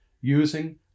using